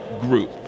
group